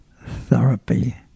therapy